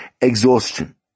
exhaustion